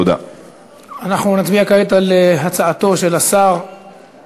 אנחנו נצביע כעת על הצעתו של השר